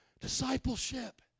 Discipleship